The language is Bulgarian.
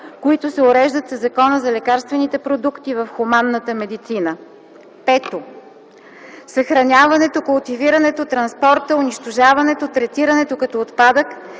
които се уреждат със Закона за лекарствените продукти в хуманната медицина; 5. съхраняването, култивирането, транспорта, унищожаването, третирането като отпадък